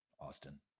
Austin